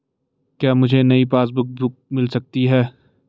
क्या मुझे नयी पासबुक बुक मिल सकती है?